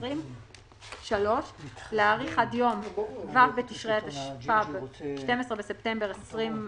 2020); (3)להאריך עד יום ו' בתשרי התשפ"ב (12 בספטמבר 2021)